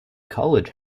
college